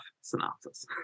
synopsis